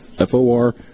F-O-R